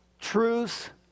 truth